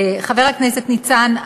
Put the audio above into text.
חבר הכנסת ניצן,